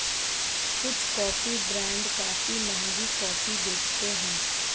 कुछ coffee brand काफी महंगी कॉफी बेचते हैं